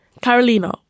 Carolina